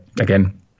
again